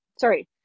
sorry